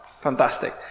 Fantastic